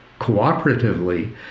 cooperatively